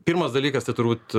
pirmas dalykas tai turbūt